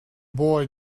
boy